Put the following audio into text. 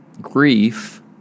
Grief